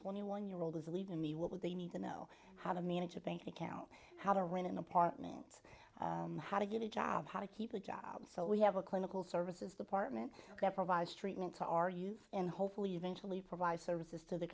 twenty one year old is leaving me what would they need to know how to manage a bank account how to rent an apartment how to get a job how to keep a job so we have a clinical services department that provides treatment to our youth and hopefully eventually provide services to the